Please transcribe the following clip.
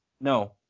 No